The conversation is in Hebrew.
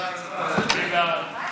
מה עם משרד התיירות?